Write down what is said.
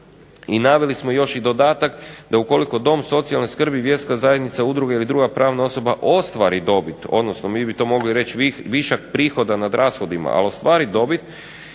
i naveli smo još dodatak da ukoliko je dom socijalne skrbi vjerska zajednica, udruga, druga pravna osoba ostvari dobit odnosno mi bi to mogli reći višak prihoda nad rashodima, ali ostvari dobit